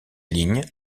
lignes